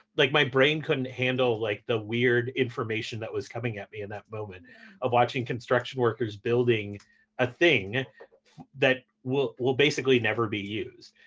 like, my brain couldn't handle like the weird information that was coming at me in that moment of watching construction workers building a thing that will will basically never be used.